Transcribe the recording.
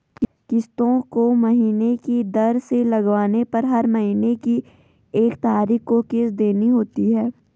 किस्तों को महीने की दर से लगवाने पर हर महीने की एक तारीख को किस्त देनी होती है